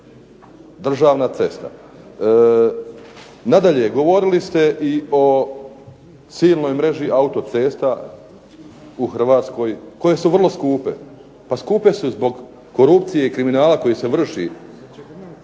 državna cesta. Nadalje, govorili ste i o silnoj mreži autocesta u Hrvatskoj koje su vrlo skupe. Pa skupe su zbog korupcije i kriminala koji se vrši